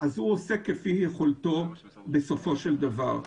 הוא עושה כפי יכולתו בסופו של דבר.